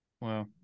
Wow